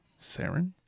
Saren